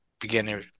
beginner